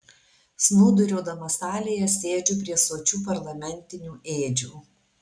snūduriuodamas salėje sėdžiu prie sočių parlamentinių ėdžių